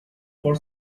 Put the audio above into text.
for